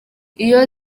iyo